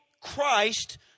Christ